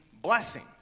blessing